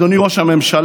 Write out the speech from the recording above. אדוני ראש הממשלה,